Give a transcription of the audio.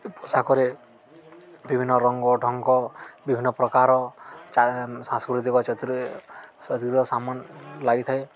ପୋଷାକରେ ବିଭିନ୍ନ ରଙ୍ଗ ଢଙ୍ଗ ବିଭିନ୍ନ ପ୍ରକାର ସାଂସ୍କୃତିକ ସମାନ ଲାଗିଥାଏ